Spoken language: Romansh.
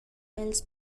els